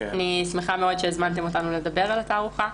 אני שמחה מאוד שהזמנתם אותנו לדבר על התערוכה.